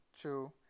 True